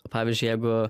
pavyzdžiui jeigu